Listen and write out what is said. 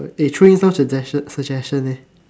eh throw in some suggestion some suggestion eh